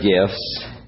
gifts